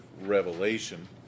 revelation